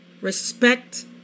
respect